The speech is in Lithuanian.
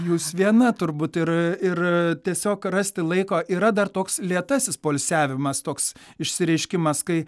jūs viena turbūt ir ir tiesiog rasti laiko yra dar toks lėtasis poilsiavimas toks išsireiškimas kai